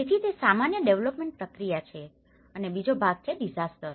તેથી તે સામાન્ય ડેવેલપમેન્ટ પ્રક્રિયા છે અને પછી બીજો ભાગ છે ડીઝાસ્ટર